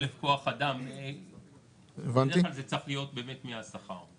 בדרך כלל זה צריך להיות באמת מהשכר.